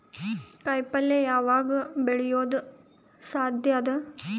ಕಾಯಿಪಲ್ಯ ಯಾವಗ್ ಬೆಳಿಯೋದು ಸಾಧ್ಯ ಅದ?